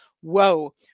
Whoa